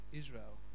israel